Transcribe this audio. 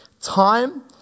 time